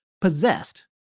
Possessed